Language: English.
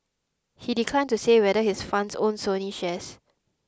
he declined to say whether his fund owns Sony shares